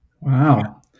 wow